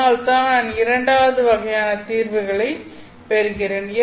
அதனால் நான் இரண்டாவது வகையான தீர்வுகளைப் பெறுகிறேன்